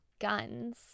guns